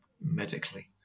medically